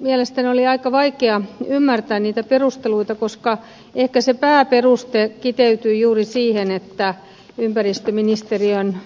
mielestäni oli vaikea ymmärtää niitä perusteluita koska ehkä se pääperuste kiteytyi juuri siihen että ympäristöministeriön